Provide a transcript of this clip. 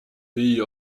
pays